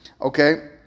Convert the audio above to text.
okay